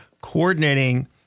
coordinating